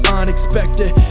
unexpected